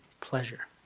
pleasure